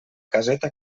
caseta